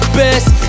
best